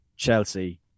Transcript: Chelsea